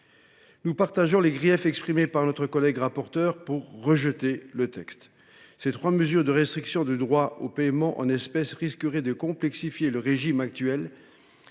Nous faisons nôtres les griefs exprimés par notre collègue rapporteur pour rejeter le texte. Ces trois mesures de restriction du droit au paiement en espèces risqueraient de complexifier le régime actuel